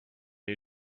you